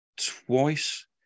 twice